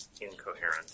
incoherent